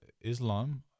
Islam